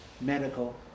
medical